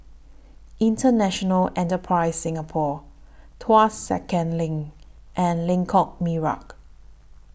International Enterprise Singapore Tuas Second LINK and Lengkok Merak